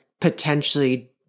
potentially